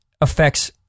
affects